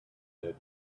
that